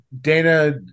Dana